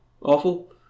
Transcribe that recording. Awful